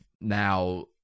now